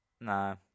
No